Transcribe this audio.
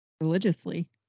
religiously